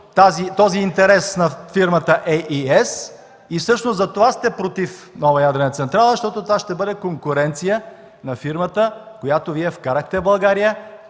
този интерес на фирмата AES и всъщност затова сте против нова ядрена централа, защото това ще бъде конкуренция на фирмата, която Вие вкарахте в България